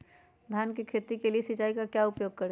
धान की खेती के लिए सिंचाई का क्या उपयोग करें?